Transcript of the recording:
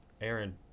Aaron